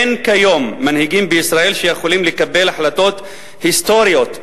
אין כיום מנהיגים בישראל שיכולים לקבל החלטות היסטוריות.